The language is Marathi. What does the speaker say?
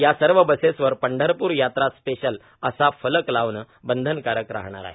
या सर्व बसेसवर पंढरपूर यात्रा स्पेशल असा फलक लावणे बंधनकारक राहणार आहे